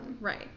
Right